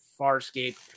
Farscape